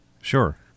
Sure